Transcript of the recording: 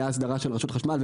הייתה הסדרה של רשות חשמל,